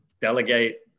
delegate